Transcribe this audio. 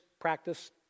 practice